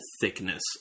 thickness